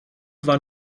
war